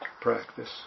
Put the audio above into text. practice